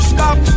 Stop